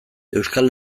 euskal